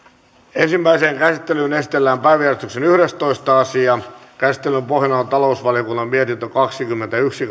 ensimmäiseen käsittelyyn esitellään päiväjärjestyksen yhdestoista asia käsittelyn pohjana on talousvaliokunnan mietintö kaksikymmentäyksi